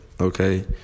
Okay